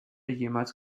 jemals